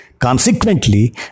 Consequently